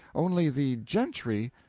only the gentry,